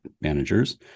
managers